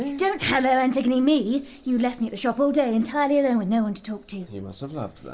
don't hello antigone me! you left me at in the shop all day, entirely alone, with no one to talk to! you you must have loved that.